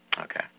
Okay